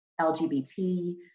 LGBT